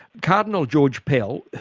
cardinal george pell,